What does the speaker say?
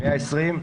120,